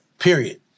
Period